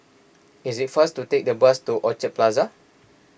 it is faster to take the bus to Orchard Plaza